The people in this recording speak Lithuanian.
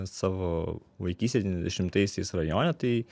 savo vaikystę devyniadešimtaisiais rajone tai